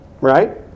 right